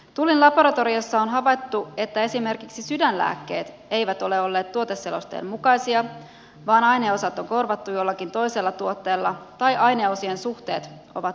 tullin laboratoriossa on havaittu että esimerkiksi sydänlääkkeet eivät ole olleet tuoteselosteen mukaisia vaan aineosat on korvattu jollakin toisella tuotteella tai aineosien suhteet ovat vääränlaiset